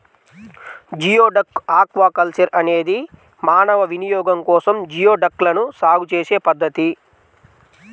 geoduck aquaculture అనేది మానవ వినియోగం కోసం జియోడక్లను సాగు చేసే పద్ధతి